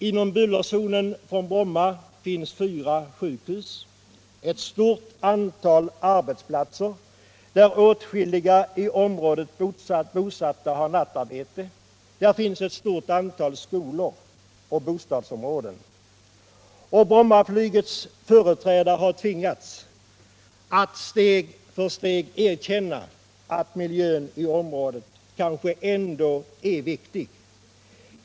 Inom bullerzonen från Bromma finns fyra sjukhus, ett stort antal arbetsplatser där åtskilliga i området bosatta har nattarbete, och där finns ett stort antal skolor och bostadsområden. Och Brommaflygets företrädare har tvingats att steg för steg erkänna att behovet av en bättre miljö i området kanske ändå är viktigt.